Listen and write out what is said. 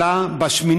התשובה היחידה שיש לי,